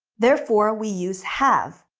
therefore we use have.